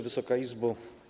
Wysoka Izbo!